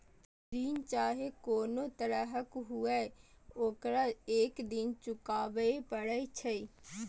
ऋण खाहे कोनो तरहक हुअय, ओकरा एक दिन चुकाबैये पड़ै छै